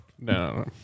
no